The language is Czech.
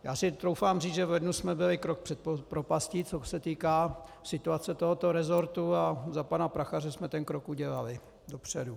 Já si troufám říct, že v lednu jsme byli krok před propastí, co se týká situace tohoto rezortu, a za pana Prachaře jsme ten krok udělali dopředu.